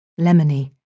Lemony